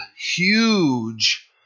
huge